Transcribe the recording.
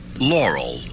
Laurel